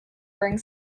bring